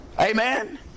Amen